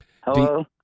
Hello